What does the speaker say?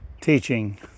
teaching